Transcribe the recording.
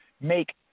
Make